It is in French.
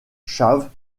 chaves